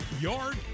Yard